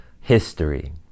history